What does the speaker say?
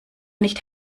nicht